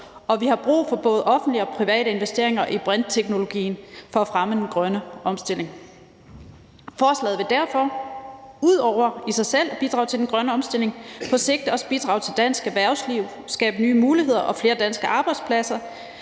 og vi har brug for både offentlige og private investeringer i brintteknologien for at fremme den grønne omstilling. Forslaget vil derfor – ud over i sig selv at bidrage til den grønne omstilling – på sigt også bidrage til dansk erhvervsliv og skabe nye muligheder og flere danske arbejdspladser,